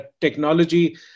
technology